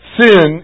sin